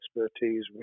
expertise